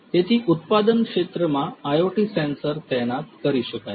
તેથી ઉત્પાદન ક્ષેત્રમાં IoT સેન્સર તૈનાત કરી શકાય છે